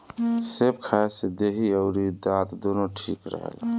सेब खाए से देहि अउरी दांत दूनो ठीक रहेला